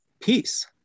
peace